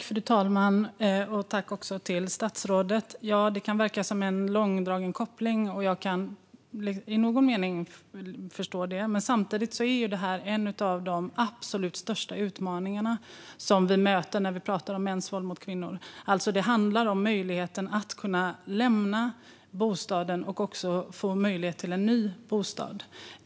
Fru talman! Ja, det kan verka som en långsökt koppling. Jag kan i någon mening förstå det. Samtidigt är det här en av de absolut största utmaningarna vi möter när vi pratar om mäns våld mot kvinnor. Det handlar alltså om möjligheten att lämna bostaden och även om möjligheten att få en ny bostad.